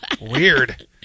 Weird